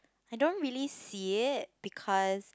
I don't really see it because